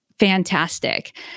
fantastic